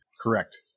Correct